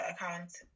account